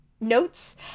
notes